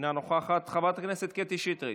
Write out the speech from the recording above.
אינה נוכחת, חברת הכנסת קטי שטרית,